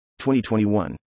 2021